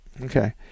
Okay